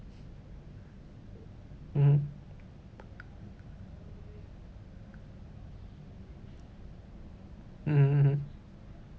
mmhmm mmhmm mmhmm